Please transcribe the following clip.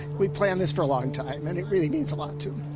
we planned this for a long time. and it really means a lot to him